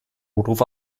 notruf